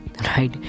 right